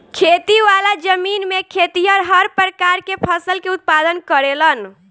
खेती वाला जमीन में खेतिहर हर प्रकार के फसल के उत्पादन करेलन